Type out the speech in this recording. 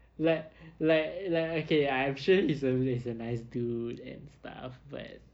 like like like okay I'm sure he's a he's a nice dude and stuff but